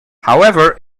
however